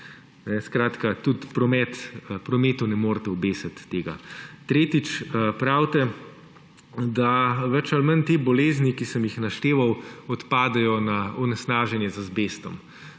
tudi prometu ne morete obesiti tega. Tretjič. Pravite, da več ali manj te bolezni, ki sem jih našteval, odpadejo na onesnaženje z azbestom.